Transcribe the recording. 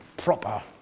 proper